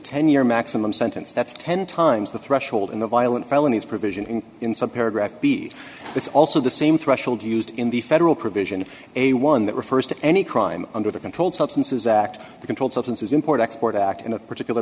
ten year maximum sentence that's ten times the threshold in the violent felonies provision in in some paragraph b it's also the same threshold used in the federal provision a one that refers to any crime under the controlled substances act the controlled substances import export act in a particular